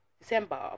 December